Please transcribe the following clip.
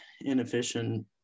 inefficient